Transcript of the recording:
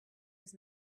with